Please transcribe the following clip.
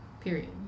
Period